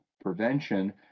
prevention